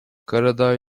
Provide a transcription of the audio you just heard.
karadağ